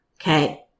Okay